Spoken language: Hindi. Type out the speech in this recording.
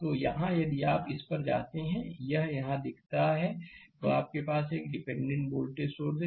तो यहां यदि आप इस पर जाते हैं कि यह यहां दिखता है तो आपके पास एक डिपेंडेंट वोल्टेज सोर्स है